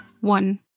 One